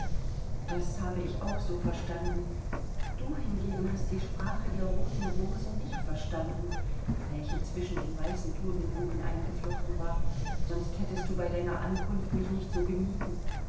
das habe ich auch so verstanden du hingegen hast die sprache der roten rose nicht verstanden welche zwischen den weißen totenblumen eingeflochten war sonst hättest du bei deiner ankunft mich nicht so gemieden